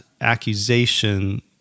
accusation